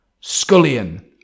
Scullion